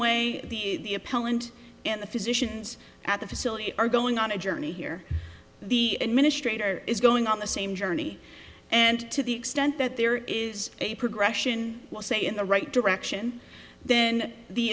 appellant and the physicians at the facility are going on a journey here the administrator is going on the same journey and to the extent that there is a progression say in the right direction then the